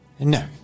No